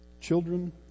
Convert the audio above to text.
Children